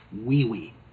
Wee-Wee